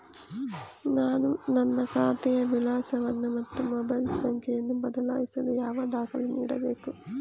ನಾನು ನನ್ನ ಖಾತೆಯ ವಿಳಾಸವನ್ನು ಮತ್ತು ಮೊಬೈಲ್ ಸಂಖ್ಯೆಯನ್ನು ಬದಲಾಯಿಸಲು ಯಾವ ದಾಖಲೆ ನೀಡಬೇಕು?